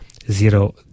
zero